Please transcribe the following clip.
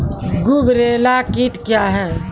गुबरैला कीट क्या हैं?